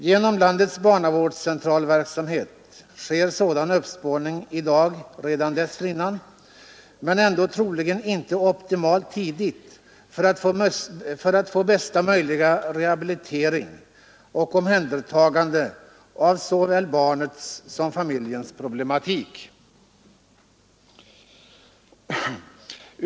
Genom landets barnavårdscentralverksamhet sker sådan uppspårning i dag redan dessförinnan, men ändå troligen inte optimalt tidigt för att man skall få bästa möjliga rehabilitering och omhändertagande av såväl barnet som familjens problematik.